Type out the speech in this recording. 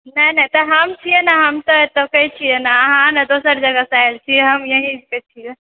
नहि नहि तऽ हम छिए नहि हम तऽ एतके छिए नहि अहाँ नहि दोसर जगहसँ आएल छी हम यहीं कऽ छिए